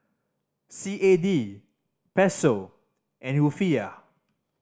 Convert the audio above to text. C A D Peso and Rufiyaa